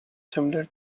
similar